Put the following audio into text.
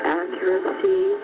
accuracy